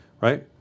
Right